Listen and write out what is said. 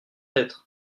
être